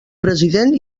president